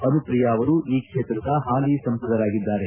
ಅನುಪ್ರಿಯ ಅವರು ಈ ಕ್ಷೇತ್ರದ ಹಾಲಿ ಸಂಸದರಾಗಿದ್ದಾರೆ